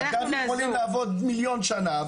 מג"ב יכולים לעבוד מליון שנה,